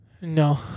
No